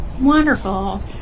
Wonderful